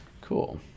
Cool